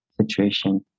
situation